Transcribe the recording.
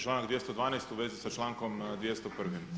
Članak 212. u vezi sa člankom 201.